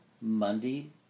Monday